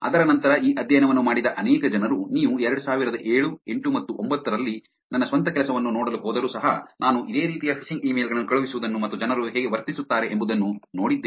ಅದರ ನಂತರ ಈ ಅಧ್ಯಯನವನ್ನು ಮಾಡಿದ ಅನೇಕ ಜನರು ನೀವು 2007 8 ಮತ್ತು 9 ರಲ್ಲಿ ನನ್ನ ಸ್ವಂತ ಕೆಲಸವನ್ನು ನೋಡಲು ಹೋದರೂ ಸಹ ನಾನು ಇದೇ ರೀತಿಯ ಫಿಶಿಂಗ್ ಇಮೇಲ್ ಗಳನ್ನು ಕಳುಹಿಸುವುದನ್ನು ಮತ್ತು ಜನರು ಹೇಗೆ ವರ್ತಿಸುತ್ತಾರೆ ಎಂಬುದನ್ನು ನೋಡಿದ್ದೇನೆ